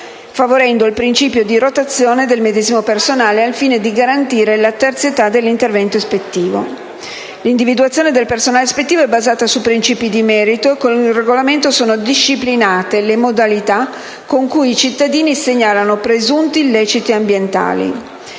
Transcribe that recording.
favorendo il principio di rotazione del medesimo personale, al fine di garantire la terzietà dell'intervento ispettivo. L'individuazione del personale ispettivo è basata su principi di merito, e con il regolamento sono disciplinate le modalità con cui i cittadini segnalano presunti illeciti ambientali.